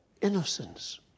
innocence